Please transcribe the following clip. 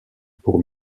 pour